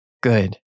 good